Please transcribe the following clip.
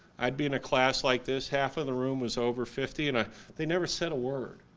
i've been a class like this half of the room was over fifty and ah they never said a word.